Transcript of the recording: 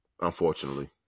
Unfortunately